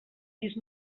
vist